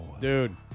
dude